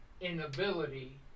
inability